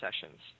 sessions